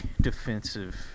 defensive